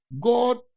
God